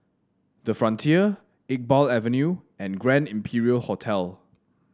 the Frontier Iqbal Avenue and Grand Imperial Hotel